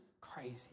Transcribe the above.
crazy